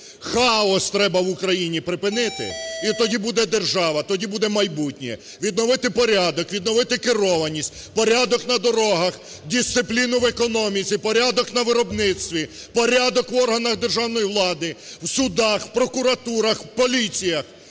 Хаос треба в Україні припинити і тоді буде держава, тоді буде майбутнє. Відновити порядок, відновити керованість, порядок на дорогах, дисципліну в економіці, порядок на виробництві, порядок в органах державної влади, в судах, в прокуратурах, в поліціях.